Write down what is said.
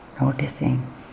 Noticing